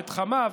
את חמיו,